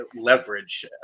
leverage